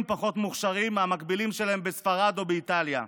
פחות מוכשרים מהמקבילים שלהם בספרד או באיטליה.